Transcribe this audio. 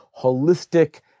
holistic